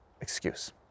excuse